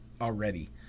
already